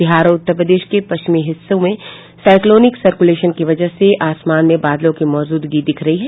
बिहार और उत्तर प्रदेश के पश्चिमी हिस्सों में साइक्लोनिंक सर्कुलेशन की वजह से आसमान में बादलों की मौजूदगी दिख रही है